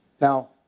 Now